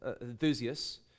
enthusiasts